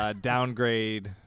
downgrade